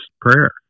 prayer